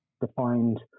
defined